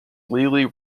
legally